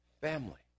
family